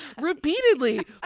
Repeatedly